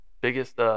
Biggest